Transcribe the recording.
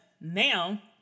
now